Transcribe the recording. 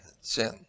sin